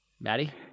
Maddie